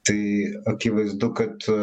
tai akivaizdu kad